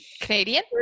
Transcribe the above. Canadian